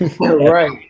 Right